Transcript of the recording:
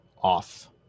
off